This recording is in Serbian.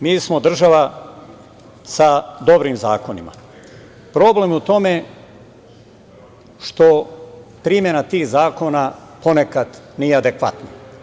Mi smo država sa dobrim zakonima, problem je u tome što primena tih zakona ponekad nije adekvatna.